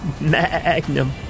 Magnum